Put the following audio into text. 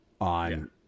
on